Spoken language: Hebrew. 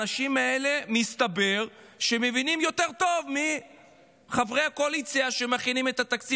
שהאנשים האלה מבינים יותר טוב מחברי הקואליציה שמכינים את התקציב,